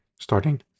starting